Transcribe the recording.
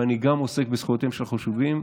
ואני גם עוסק בזכויותיהם של חשודים,